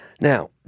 Now